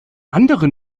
andere